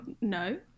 no